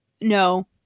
no